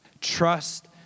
Trust